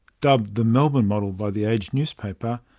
dubbed the melbourne model by the age newspaper,